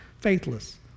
faithless